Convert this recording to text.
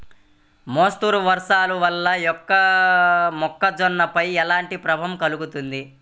మోస్తరు వర్షాలు వల్ల మొక్కజొన్నపై ఎలాంటి ప్రభావం కలుగుతుంది?